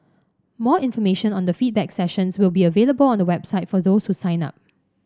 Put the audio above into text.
more information on the feedback sessions will be available on the website for those who sign up